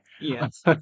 yes